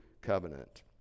Covenant